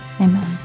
Amen